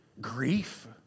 Grief